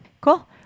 cool